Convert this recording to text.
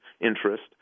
interest